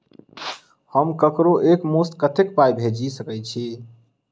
हम ककरो एक मुस्त कत्तेक पाई भेजि सकय छी?